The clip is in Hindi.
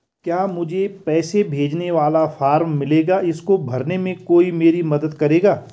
क्या मुझे पैसे भेजने वाला फॉर्म मिलेगा इसको भरने में कोई मेरी मदद करेगा?